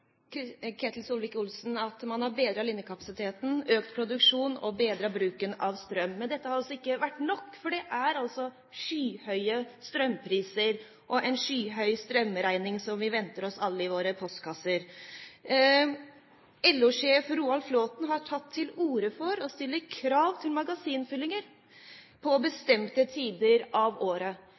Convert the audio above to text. Ketil Solvik-Olsen at man har bedret linjekapasiteten, økt produksjonen og bedret bruken av strøm. Dette har altså ikke vært nok, for det er skyhøye strømpriser og skyhøye strømregninger som venter oss alle i våre postkasser. LO-sjef Roar Flåthen har tatt til orde for å stille krav til magasinfyllinger på bestemte tider av året.